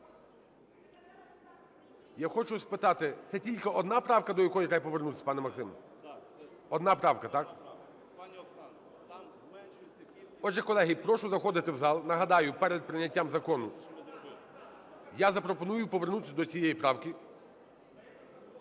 Я хочу спитати, це тільки одна правка, до якої треба повернутися, пане Максиме? Одна правка, так. Отже, колеги, прошу заходити в зал. Нагадаю, перед прийняттям закону я запропоную повернутися до цієї правки.